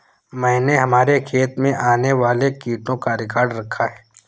मैंने हमारे खेत में आने वाले कीटों का रिकॉर्ड रखा है